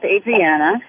Adriana